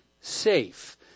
safe